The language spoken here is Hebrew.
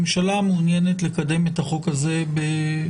הממשלה מעוניינת לקדם את החוק הזה במהירות,